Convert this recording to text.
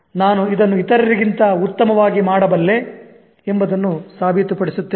ನಾನು ಇದನ್ನು ಇತರರಿಗಿಂತ ಉತ್ತಮವಾಗಿ ಮಾಡಬಲ್ಲೆ ಎಂದು ಸಾಬೀತುಪಡಿಸುತ್ತೇನೆ